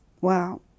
Wow